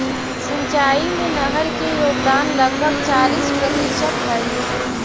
सिंचाई में नहर के योगदान लगभग चालीस प्रतिशत हई